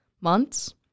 Months